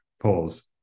polls